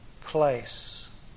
place